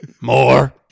more